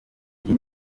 iyi